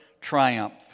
triumph